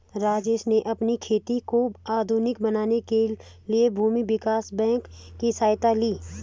राजेश ने अपनी खेती को आधुनिक बनाने के लिए भूमि विकास बैंक की सहायता ली